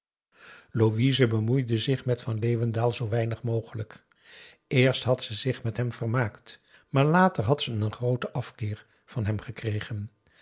louise bemoeide zich met van leeuwendaal zoo weinig mogelijk eerst had ze zich met hem vermaakt maar later had ze een grooten afkeer van hem gekregen